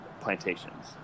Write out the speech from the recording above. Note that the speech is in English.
plantations